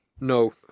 No